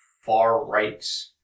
far-right